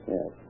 Yes